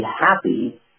happy